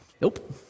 nope